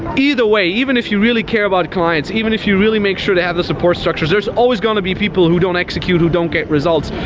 either way, even if you really care about clients, even if you really make sure they have the support structures, there's always gonna be people who don't execute, who don't get results,